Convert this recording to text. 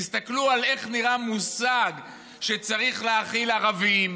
תסתכלו איך נראה מושג שצריך להכיל ערבים,